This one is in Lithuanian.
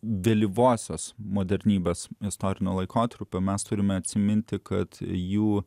vėlyvosios modernybės istorinio laikotarpio mes turime atsiminti kad jų